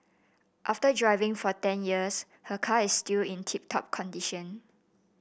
after driving for ten years her car is still in tip top condition